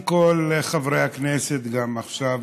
וכל חברי הכנסת, גם עכשיו,